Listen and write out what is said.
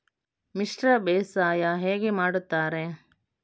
ಮಿಶ್ರ ಬೇಸಾಯ ಹೇಗೆ ಮಾಡುತ್ತಾರೆ?